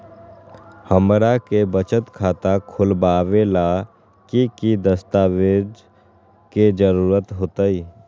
हमरा के बचत खाता खोलबाबे ला की की दस्तावेज के जरूरत होतई?